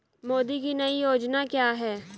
मोदी की नई योजना क्या है?